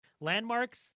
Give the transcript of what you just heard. landmarks